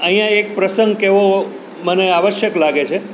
અહીંયા એક પ્રસંગ કહેવો મને આવશ્યક લાગે છે